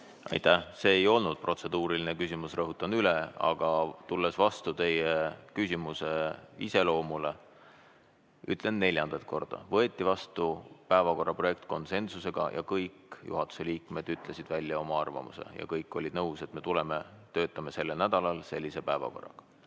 Aitäh! See ei olnud protseduuriline küsimus, rõhutan üle. Aga tulles vastu teie küsimuse iseloomule, ütlen neljandat korda: päevakorra projekt võeti vastu konsensusega ja kõik juhatuse liikmed ütlesid välja oma arvamuse. Kõik olid nõus, et me töötame sellel nädalal sellise päevakorraga.